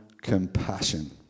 compassion